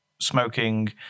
smoking